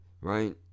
Right